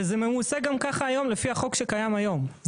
וזה ממוסה גם ככה היום, לפי החוק שקיים היום.